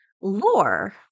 Lore